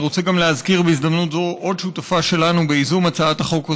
אני רוצה גם להזכיר בהזדמנות זו עוד שותפה שלנו בייזום הצעת החוק הזו,